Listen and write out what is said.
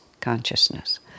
consciousness